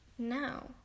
now